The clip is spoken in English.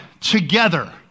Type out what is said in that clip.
together